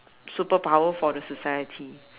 superpower for the society